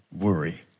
worry